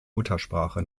muttersprache